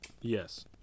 Yes